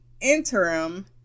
interim